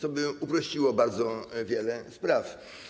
To by uprościło bardzo wiele spraw.